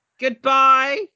Goodbye